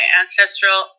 ancestral